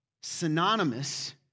synonymous